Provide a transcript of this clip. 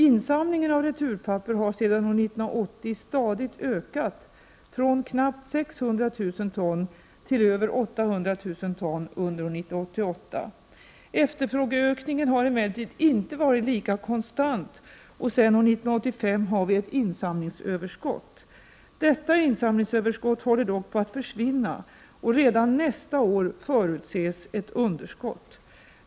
Insamlingen av returpapper har sedan år 1980 stadigt ökat från knappt 600 000 ton till över 800 000 ton under år 1988. Efterfrågeökningen har emellertid inte varit lika konstant och sedan år 1985 har vi ett insamlingsöverskott. Detta insamlingsöverskott håller dock på att försvinna och redan nästa år förutses ett underskott.